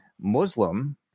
Muslim